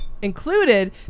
Included